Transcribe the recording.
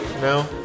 No